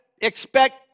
expect